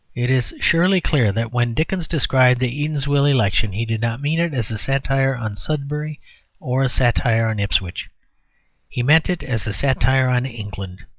it is surely clear that when dickens described the eatanswill election he did not mean it as a satire on sudbury or a satire on ipswich he meant it as a satire on england.